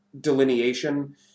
delineation